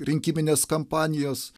rinkiminės kampanijos